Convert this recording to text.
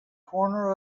corner